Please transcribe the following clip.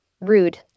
rude